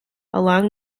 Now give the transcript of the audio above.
along